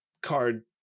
card